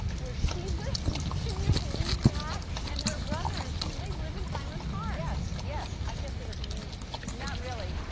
where she lives? can you believe that! and her brother and she, they live in highland park. yes! yes! i guess that doesn't mean much to you. not really.